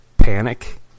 Panic